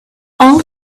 all